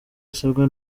asabwa